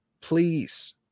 please